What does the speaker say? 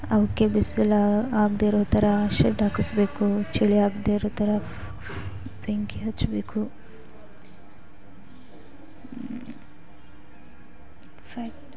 ಅವಕ್ಕೆ ಬಿಸಿಲು ಆಗದೇ ಇರೋ ಥರ ಶೆಡ್ ಹಾಕಸ್ಬೇಕು ಚಳಿ ಆಗದೇ ಇರೋ ಥರ ಬೆಂಕಿ ಹಚ್ಚಬೇಕು ಫ್ಯಾಕ್ಟ್